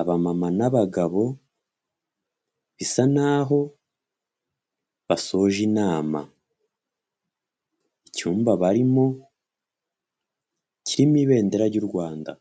aba mama n'abagabo bisa n'aho basoje inama, icyumba barimo kirimo ibendera ry'u Rwanda.